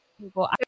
people